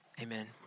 amen